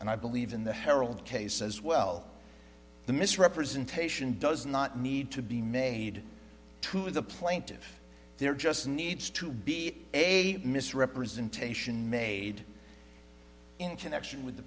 and i believe in the herald case as well the misrepresentation does not need to be made to the plaintive they're just needs to be a misrepresentation made in connection with the